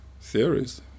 theories